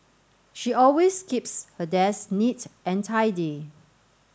she always keeps her desk neat and tidy